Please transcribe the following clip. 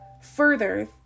further